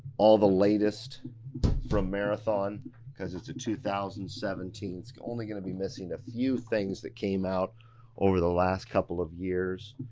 all the latest from marathon because it's a two thousand and seventeen. it's only gonna be missing a few things that came out over the last couple of years.